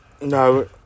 No